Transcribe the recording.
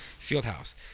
Fieldhouse